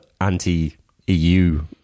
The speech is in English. anti-EU